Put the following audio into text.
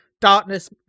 Darkness